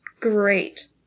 great